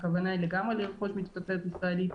הכוונה היא לגמרי לרכוש מתוצרת ישראלית.